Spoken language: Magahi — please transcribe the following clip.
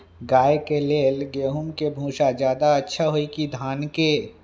गाय के ले गेंहू के भूसा ज्यादा अच्छा होई की धान के?